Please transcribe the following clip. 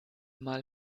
mal